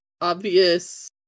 obvious